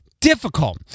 difficult